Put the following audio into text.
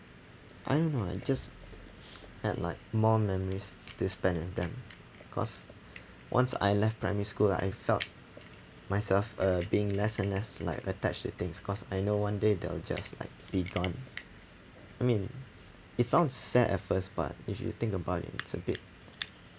I don't know I just had like more memories to spend at them cause once I left primary school I felt myself uh being less and less like attach to things cause I know one day they'll just like be gone I mean it's all sad at first but if you think about it it's a bit